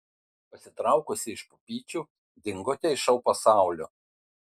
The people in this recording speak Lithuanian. pasitraukusi iš pupyčių dingote iš šou pasaulio